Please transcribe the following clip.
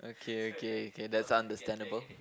okay okay okay that's understandable